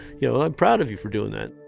you know i'm proud of you for doing that